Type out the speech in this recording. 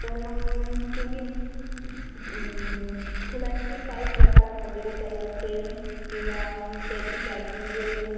तर मग तुम्ही फुलांचे काही प्रकार वगैरे काही असेल किंवा त्याची प्राइज वगैरे